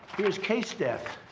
here's case death.